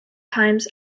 times